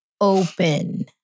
open